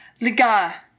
Liga